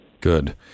Good